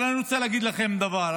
אני רוצה להגיד לכם עוד דבר,